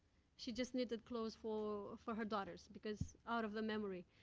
she just needed clothes for for her daughters, because out of the memory.